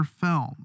film